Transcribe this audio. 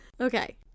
Okay